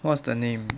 what's the name